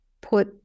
put